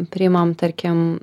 priimam tarkim